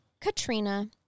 Katrina